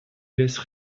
laissent